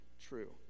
true